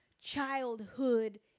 childhood